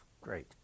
great